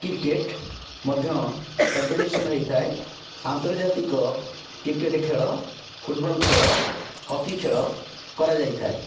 cricket ମଧ୍ୟ competition ହୋଇଥାଏ ଆନ୍ତର୍ଜାତିକ କ୍ରିକେଟ୍ ଖେଳ ଫୁଟବଲ୍ ଖେଳ ହକି ଖେଳ କରାଯାଇଥାଏ